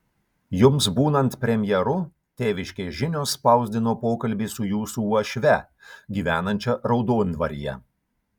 jums būnant premjeru tėviškės žinios spausdino pokalbį su jūsų uošve gyvenančia raudondvaryje